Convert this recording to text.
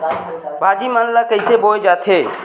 भाजी मन ला कइसे बोए जाथे?